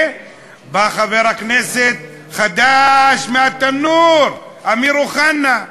ובא חבר כנסת חדש מהתנור, אמיר אוחנה,